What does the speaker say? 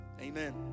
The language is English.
Amen